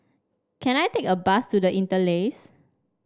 can I take a bus to The Interlace